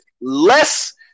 less